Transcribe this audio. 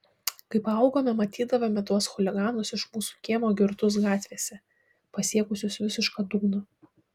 kai paaugome matydavome tuos chuliganus iš mūsų kiemo girtus gatvėse pasiekusius visišką dugną